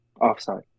Offside